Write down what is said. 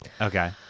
Okay